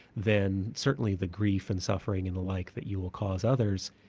then certainly the grief and suffering and the like that you will cause others,